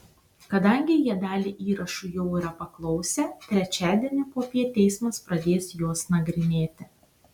kadangi jie dalį įrašų jau yra paklausę trečiadienį popiet teismas pradės juos nagrinėti